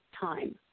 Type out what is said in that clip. time